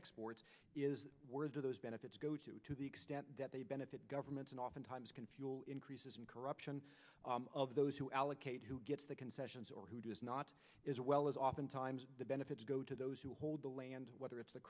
exports where do those benefits go to to the extent that they benefit governments and oftentimes can fuel increases in corruption of those who allocate who gets the concessions or who does not as well as oftentimes the benefits go to those who hold the land whether it's the